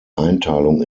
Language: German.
einteilung